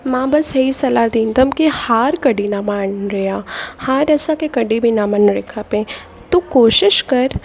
मां बसि इहो ई सलाह ॾींदमि की हार कॾहिं न मञणी आहे हार असांखे कॾहिं बि न मञणु खपे तूं कोशिश कर